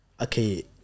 okay